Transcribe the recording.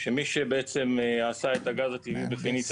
שמי שבעצם עשה את הגז הטבעי בפניציה,